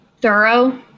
thorough